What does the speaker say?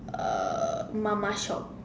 uh mama shop